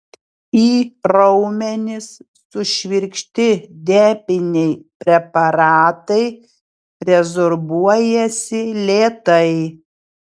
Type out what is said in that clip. į raumenis sušvirkšti depiniai preparatai rezorbuojasi lėtai